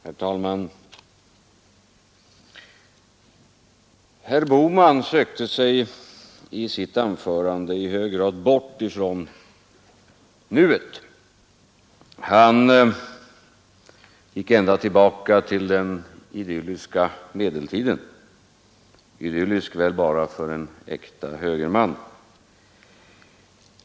Herr talman! Herr Bohman sökte sig i sitt anförande i hög grad bort ifrån nuet. Han gick ända tillbaka till den idylliska medeltiden — idyllisk väl bara för en äkta högerman.